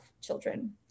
children